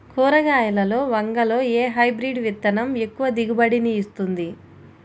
కూరగాయలలో వంగలో ఏ హైబ్రిడ్ విత్తనం ఎక్కువ దిగుబడిని ఇస్తుంది?